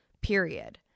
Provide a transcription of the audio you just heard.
period